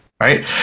right